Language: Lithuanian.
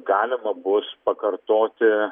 galima bus pakartoti